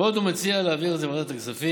ועוד הוא מציע להעביר את זה לוועדת הכספים.